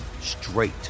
straight